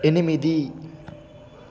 ఎనిమిది